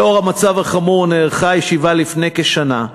לאור המצב החמור נערכה הישיבה לפני כשנה,